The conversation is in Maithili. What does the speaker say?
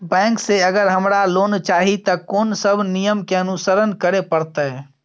बैंक से अगर हमरा लोन चाही ते कोन सब नियम के अनुसरण करे परतै?